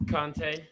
Kante